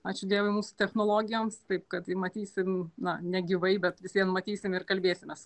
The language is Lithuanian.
ačiū dievui mūsų technologijoms taip kad matysim na negyvai bet vis vien matysim ir kalbėsimės